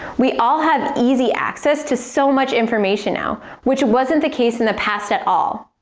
we all have easy access to so much information now, which wasn't the case in the past at all.